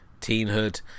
teenhood